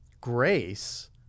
grace